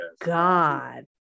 God